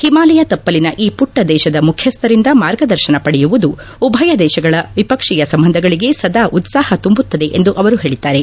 ಹಿಮಾಲಯ ತಪ್ಪಲಿನ ಈ ಪುಟ್ಟ ದೇಶದ ಮುಖಿಸ್ವರಿಂದ ಮಾರ್ಗದರ್ಶನ ಪಡೆಯುವುದು ಉಭಯ ದೇಶಗಳ ವಿಪಕ್ಷೀಯ ಸಂಬಂಧಗಳಿಗೆ ಸದಾ ಉತ್ಸಾಹ ತುಂಬುತ್ತದೆ ಎಂದು ಅವರು ಹೇಳಿದ್ದಾರೆ